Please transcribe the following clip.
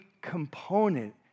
component